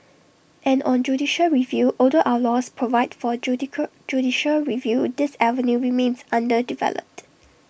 and on judicial review although our laws provide for judicial review this avenue remains underdeveloped